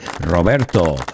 roberto